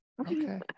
okay